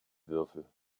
würfel